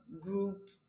group